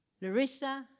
Larissa